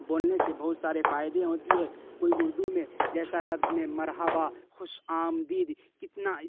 بولنے سے بہت ساری فائدے ہوتی ہے کوئی اردو میں جیسے لفظ مرحبا خوش آمدید کتنا